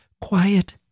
quiet